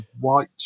white